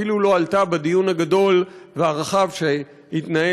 אפילו לא עלתה בדיון הגדול והרחב שהתנהל